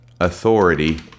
authority